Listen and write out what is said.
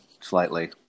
slightly